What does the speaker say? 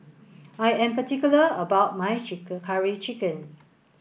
I am particular about my curry chicken